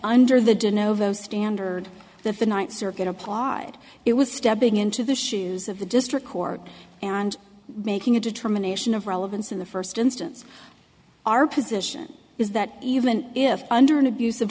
vote standard that the ninth circuit applied it was stepping into the shoes of the district court and making a determination of relevance in the first instance our position is that even if under an abus